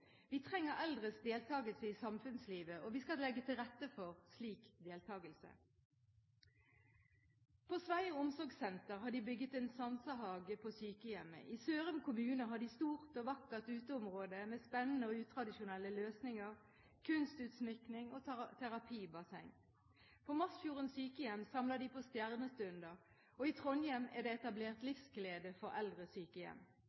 Vi trenger eldres deltagelse i samfunnslivet, og vi skal legge til rette for slik deltagelse. På Sveio omsorgssenter er det bygget en sansehage på sykehjemmet, i Sørum kommune har de et stort og vakkert uteområde med spennende og utradisjonelle løsninger, kunstutsmykking og terapibasseng. På Masfjorden sykehjem samler de på stjernestunder, og i Trondheim er det etablert